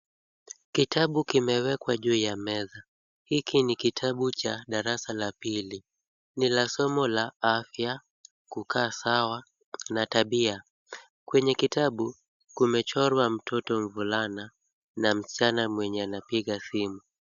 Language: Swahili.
Kitabu kimewekwa juu ya meza. Hiki ni kitabu cha darasa la pili. Nilisoma la afya kukaa sawa na tabia. Kwenye kitabu, kumechorwa tumbulana na mchana mwenye anapiga simu.